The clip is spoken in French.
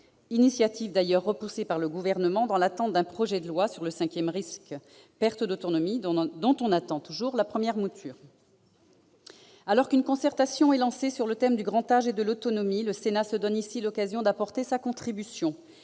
initiative d'ailleurs repoussée par le Gouvernement dans l'attente d'un projet de loi sur le cinquième risque « perte d'autonomie », dont on attend toujours la première mouture ... Alors qu'une concertation est lancée sur le thème du grand âge et de l'autonomie, le Sénat se donne l'occasion d'apporter sa contribution.